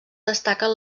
destaquen